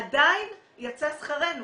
עדיין יצא שכרנו.